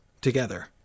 together